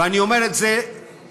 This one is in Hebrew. ואני אומר את זה לכולם.